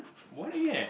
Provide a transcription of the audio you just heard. boring eh